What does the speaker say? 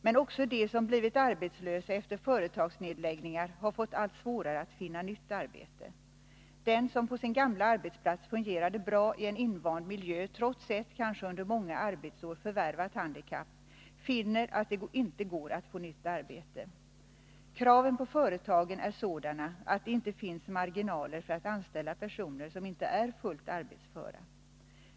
Men också de som blivit arbetslösa efter företagsnedläggningar har fått allt svårare att finna nytt arbete. Den som på sin gamla arbetsplats fungerade bra i en invand miljö, trots ett kanske under många arbetsår förvärvat handikapp, finner att det inte går att få nytt arbete. Kraven på företagen är sådana att det inte finns marginaler för att anställa personer som inte är fullt arbetsföra.